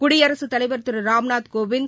குடியரசுத் தலைவர் திரு ராம்நாத் கோவிந்த்